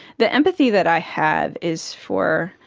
the empathy that i have is for,